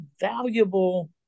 valuable